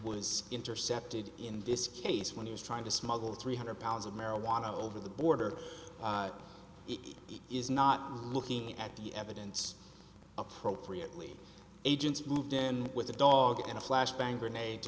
was intercepted in this case when he was trying to smuggle three hundred pounds of marijuana over the border is not looking at the evidence appropriately agents moved in with the dog in a flash bang grenade to